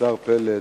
השר פלד,